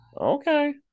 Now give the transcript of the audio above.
Okay